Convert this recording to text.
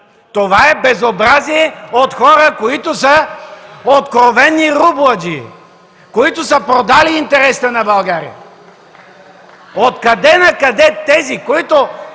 Това е безобразие от хора, които са откровени рубладжии, които са продали интересите на България. Откъде-накъде тези, които